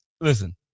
Listen